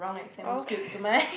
okay